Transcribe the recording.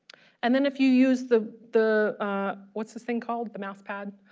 and then if you use the the what's this thing called the mousepad